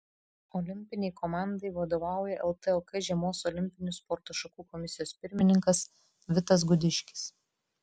olimpinei komandai vadovauja ltok žiemos olimpinių sporto šakų komisijos pirmininkas vitas gudiškis